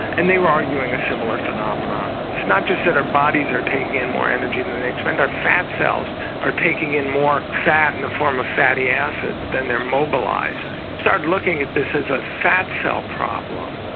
and they were arguing a similar phenomenon. it's not just that our bodies are taking in more energy than they expend, our fat cells are taking in more fat in the form of fatty acids than they are mobilising. i started looking at this as a fat cell problem.